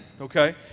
Okay